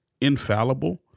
infallible